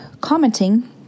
commenting